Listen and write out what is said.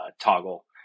toggle